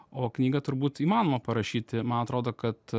o knygą turbūt įmanoma parašyti man atrodo kad